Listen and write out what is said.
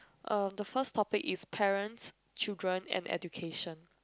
uh the first topic is parents children and education